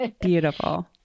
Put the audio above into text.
Beautiful